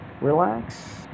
Relax